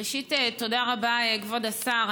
ראשית, תודה רבה, כבוד השר.